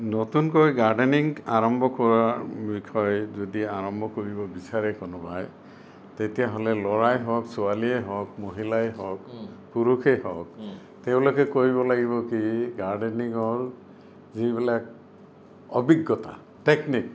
নতুনকৈ গাৰ্ডেনিং আৰম্ভ কৰাৰ বিষয় যদি আৰম্ভ কৰিব বিচাৰে কোনোবাই তেতিয়াহ'লে ল'ৰাই হওক ছোৱালীয়েই হওক মহিলাই হওক পুৰুষেই হওক তেওঁলোকে কৰিব লাগিব কি গাৰ্ডেনিঙৰ যিবিলাক অভিজ্ঞতা টেক্নিক